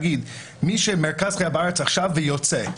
מי שמרכז חייו בארץ עכשיו ויוצא,